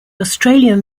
australian